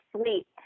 sleep